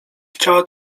chciała